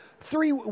three